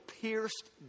pierced